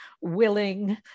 willing